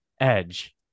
edge